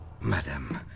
Madam